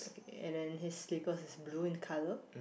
and then his slippers is blue in colour